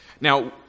Now